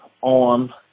on